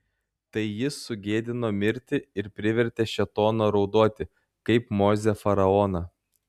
tai jis sugėdino mirtį ir privertė šėtoną raudoti kaip mozė faraoną